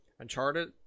Uncharted